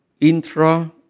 intra